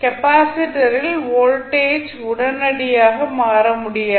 கெப்பாசிட்டரில் voltage உடனடியாக மாற முடியாது